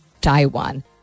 Taiwan